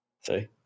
See